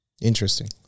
Interesting